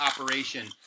operation